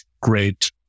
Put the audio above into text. great